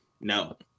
no